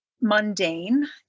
mundane